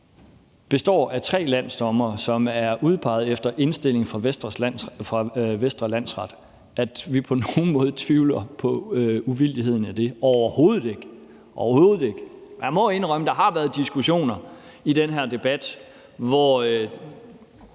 består af tre landsdommere, som er udpeget efter indstilling fra Vestre Landsret, er uvildig. Den tvivler vi ikke på nogen måde på uvildigheden af – overhovedet ikke. Jeg må indrømme, at der har været diskussioner i den her debat, hvor